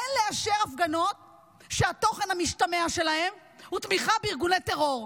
אין לאשר הפגנות שהתוכן המשתמע שלהן הוא תמיכה בארגוני טרור.